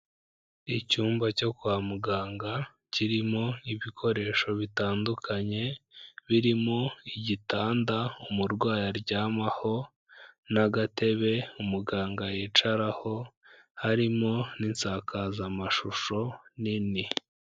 Icyumba cyo kwa muganga kirimo ibikoresho bitandukanye, birimo igitanda umurwayi aryamaho n'agatebe umuganga yicaraho, harimo n'insakazamashusho nini.